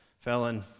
felon